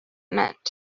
meant